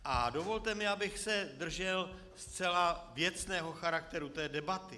A dovolte mi, abych se držel zcela věcného charakteru debaty.